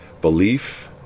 belief